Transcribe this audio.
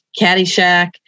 caddyshack